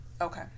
Okay